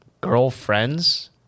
girlfriends